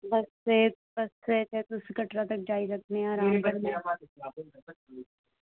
बस्स तुस कटरा तक्क जाई सकने अराम कन्नै